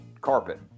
carpet